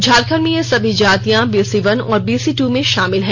झारखंड में यह सभी जातियां बीसी वन और बीसी टू में शामिल हैं